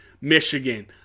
Michigan